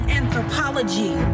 anthropology